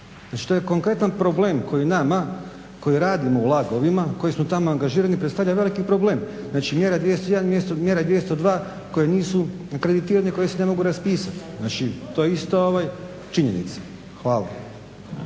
Znači, to je konkretan problem koji nama koji radimo u lagovima koji smo tamo angažirani predstavlja veliki problem. Znači, mjera 201., mjera 202. koje nisu kreditirane i koje se ne mogu raspisati. Znači, to je isto činjenica. Hvala.